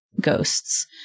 ghosts